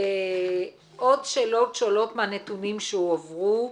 עוד שאלות שעולות מהנתונים שהועברו.